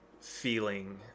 feeling